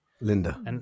linda